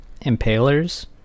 Impalers